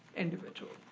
individual.